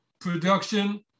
production